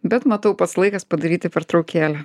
bet matau pats laikas padaryti pertraukėlę